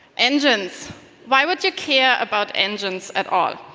engines why would you care about engines at all?